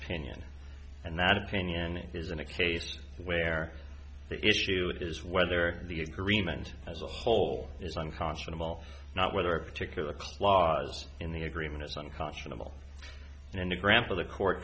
opinion and that opinion isn't a case where the issue is whether the agreement as a whole is unconscionable not whether a particular clause in the agreement is unconscionably into grampa the court